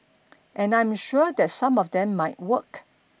and I am sure that some of them might work